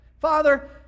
Father